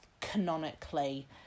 canonically